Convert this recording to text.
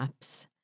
apps